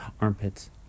Armpits